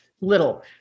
Little